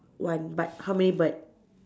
one but how many bird